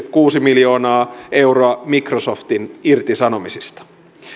kuusi miljoonaa euroa microsoftin irtisanomisista